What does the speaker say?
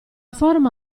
forma